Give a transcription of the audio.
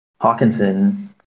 Hawkinson